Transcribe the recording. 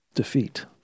defeat